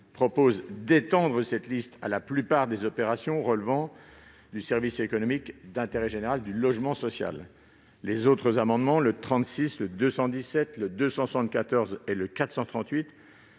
proposent d'étendre cette liste à la plupart des opérations relevant du service économique d'intérêt général du logement social. Les auteurs des amendements identiques n I-36